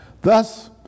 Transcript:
Thus